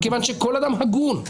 מכיוון שכל אדם הגון,